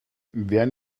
wer